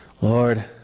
Lord